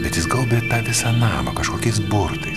bet jis gaubė visą namą kažkokiais burtai